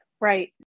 Right